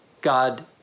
God